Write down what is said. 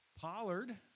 Pollard